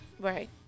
Right